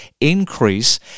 increase